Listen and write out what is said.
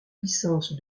licence